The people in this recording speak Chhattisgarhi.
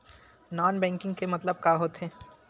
नॉन बैंकिंग के मतलब का होथे?